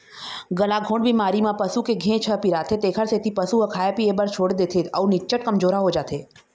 गलाघोंट बेमारी म पसू के घेंच ह पिराथे तेखर सेती पशु ह खाए पिए बर छोड़ देथे अउ निच्चट कमजोरहा हो जाथे